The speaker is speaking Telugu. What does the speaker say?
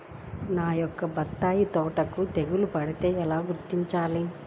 నా యొక్క బత్తాయి తోటకి తెగులు పడితే ఎలా గుర్తించాలి?